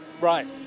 Right